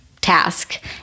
task